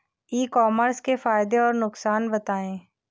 ई commerce के फायदे और नुकसान बताएँ?